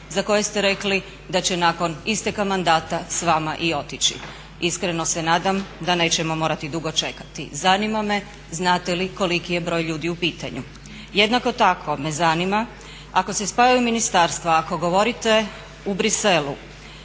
za koje ste rekli da će nakon isteka mandata sa vama i otići. Iskreno se nadam da nećemo morati dugo čekati. Zanima me znate li koliki je broj ljudi u pitanju? Jednako tako me zanima ako se spajaju ministarstva, ako govorite u Bruxellesu